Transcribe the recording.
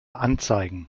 anzeigen